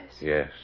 Yes